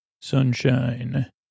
Sunshine